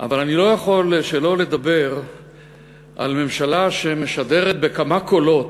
אבל אני לא יכול שלא לדבר על ממשלה שמשדרת בכמה קולות